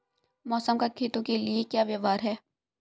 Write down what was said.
मौसम का खेतों के लिये क्या व्यवहार है?